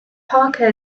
parker